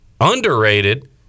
underrated